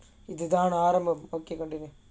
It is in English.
இது தான் ஆரம்பம்:ithu thaan aarambam